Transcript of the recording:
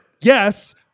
yes